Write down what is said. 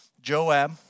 Joab